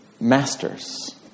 masters